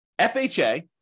FHA